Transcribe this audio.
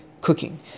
cooking